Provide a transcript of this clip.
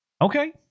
Okay